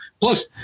plus